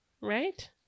right